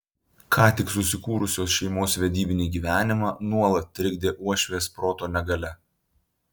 ką tik susikūrusios šeimos vedybinį gyvenimą nuolat trikdė uošvės proto negalia